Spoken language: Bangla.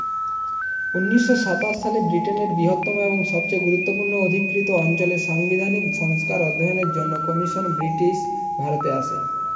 উনিশশো সাতাশ সালে ব্রিটেনের বৃহত্তম এবং সবচেয়ে গুরুত্বপূর্ণ অধিকৃত অঞ্চলে সাংবিধানিক সংস্কার অধ্যয়নের জন্য কমিশন ব্রিটিশ ভারতে আসে